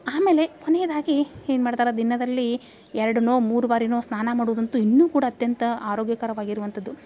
ಆಮೇಲೆ ಕೊನೆಯದಾಗಿ ಏನು ಮಾಡ್ತಾರ ದಿನದಲ್ಲೀ ಎರಡೋ ಮೂರು ಬಾರಿನೋ ಸ್ನಾನ ಮಾಡೋದಂತೂ ಇನ್ನೂ ಕೂಡ ಅತ್ಯಂತ ಆರೋಗ್ಯಕರವಾಗಿರುವಂಥದ್ದು